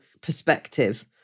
perspective